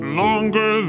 longer